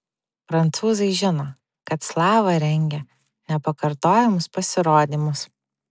prancūzai žino kad slava rengia nepakartojamus pasirodymus